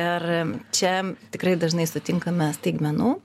ir čia tikrai dažnai sutinkame staigmenų